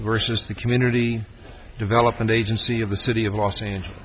versus the community development agency of the city of los angeles